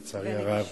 לצערי הרב,